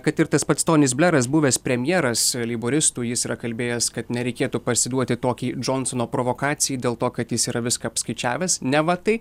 kad ir tas pats tonis bleras buvęs premjeras leiboristų jis yra kalbėjęs kad nereikėtų parsiduoti tokiai džonsono provokacijai dėl to kad jis yra viską apskaičiavęs neva tai